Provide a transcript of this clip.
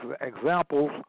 examples